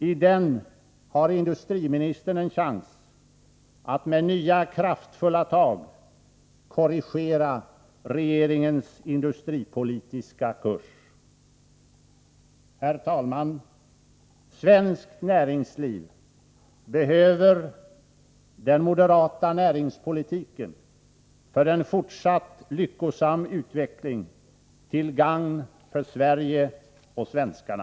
I den har industriministern en chans att med nya kraftfulla tag korrigera regeringens industripolitiska kurs. Herr talman! Svenskt näringsliv behöver den moderata näringspolitiken för en fortsatt lyckosam utveckling till gagn för Sverige och svenskarna.